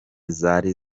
zari